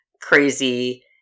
crazy